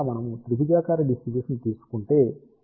ఒకవేళ మనము త్రిభుజాకార డిస్ట్రిబ్యూషన్ ని తీసుకుంటే అది 26